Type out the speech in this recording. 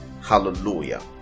Hallelujah